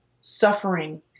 suffering